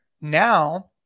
now